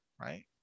right